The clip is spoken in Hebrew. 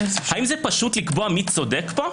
האם פשוט לקבוע מי צודק פה?